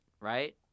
Right